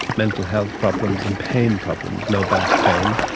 mental health problems and pain problems, lower back pain,